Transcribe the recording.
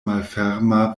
malferma